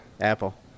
Apple